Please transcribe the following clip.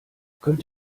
könnt